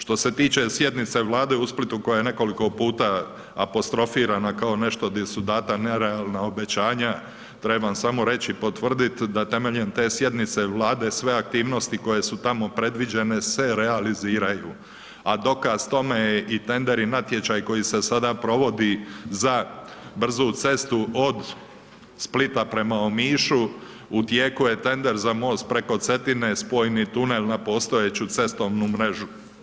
Što se tiče sjednice Vlade u Splitu koja je nekoliko puta apostrofirana kao nešto di su data nerealna obećanja, trebam samo reći, potvrdit, da temeljem te sjednice Vlade sve aktivnosti koje su tamo predviđene, se realiziraju, a dokaz tome je i tender i natječaj koji se sada provodi za brzu cestu od Splita prema Omišu, u tijeku je tender za most preko Cetine, spojni tunel na postojeću cestovnu mrežu.